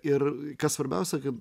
ir kas svarbiausia kad